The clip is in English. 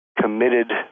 committed